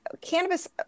cannabis